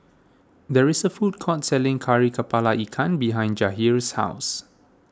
there is a food court selling Kari Kepala Ikan behind Jahir's house